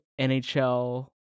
NHL